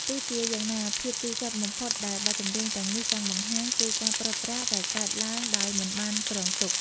ទោះជាយ៉ាងណា ភាពជូរចត់បំផុតដែលបទចម្រៀងទាំងនេះចង់បង្ហាញ គឺការព្រាត់ប្រាសដែលកើតឡើងដោយមិនបានគ្រោងទុក។